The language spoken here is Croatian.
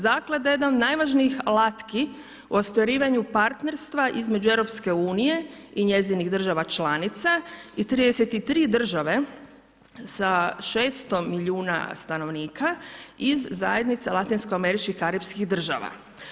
Zaklada je jedan od najvažnijih alatki u ostvarivanju partnerstva između EU i njezinih država članica i 33 države sa 600 milijuna stanovnika iz zajednice latinsko američkih karipskih država.